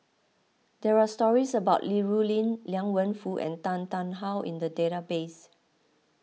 there are stories about Li Rulin Liang Wenfu and Tan Tarn How in the database